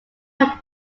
one